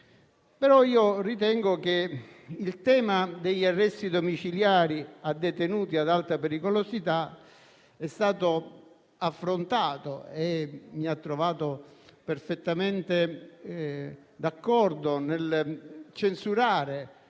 Ritengo però che il tema degli arresti domiciliari a detenuti ad alta pericolosità sia stato affrontato. Sono stato perfettamente d'accordo nel censurare